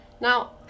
Now